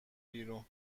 بیرون